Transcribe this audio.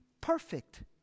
perfect